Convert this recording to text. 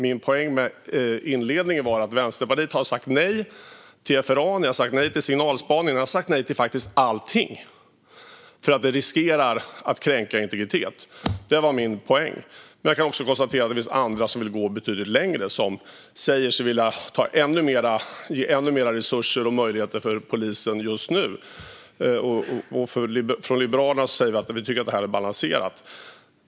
Min poäng med inledningen var att Vänsterpartiet har sagt nej till FRA. Ni har sagt nej till signalspaning. Ni har faktiskt sagt nej till allting för att det riskerar att kränka integritet. Det var min poäng. Men jag kan också konstatera att det finns andra som vill gå betydligt längre, som säger sig vilja ge ännu mer resurser och möjligheter för polisen just nu. Vi från Liberalerna säger att vi tycker att det här är balanserat.